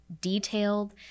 detailed